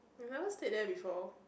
you never stayed there before